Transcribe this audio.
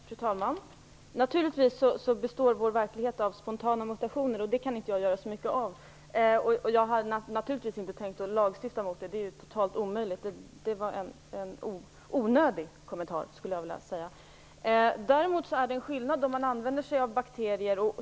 Fru talman! Naturligtvis består vår verklighet av spontana mutationer, och det kan inte jag göra så mycket åt. Jag har naturligtvis inte velat lagstifta mot dem - det är ju helt omöjligt. Det var alltså en onödig kommentar, skulle jag vilja säga. Vi använder oss ibland av bakterier.